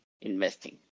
investing